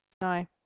No